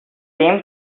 same